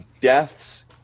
deaths